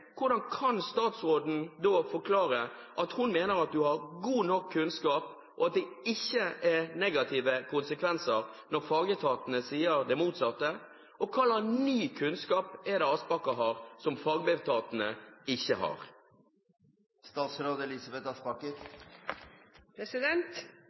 hvordan kan statsråden da forklare at hun mener at hun har god nok kunnskap, og at det ikke er negative konsekvenser, når fagetatene sier det motsatte? Hva slags ny kunnskap er det Aspaker har som fagetatene ikke har?